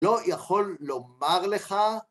לא יכול לומר לך